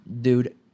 dude